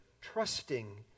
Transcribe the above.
trusting